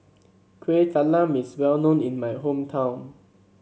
Kueh Talam is well known in my hometown